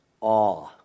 awe